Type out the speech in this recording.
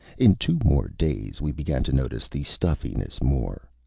in two more days, we began to notice the stuffiness more.